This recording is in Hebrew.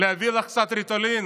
להביא לך קצת ריטלין?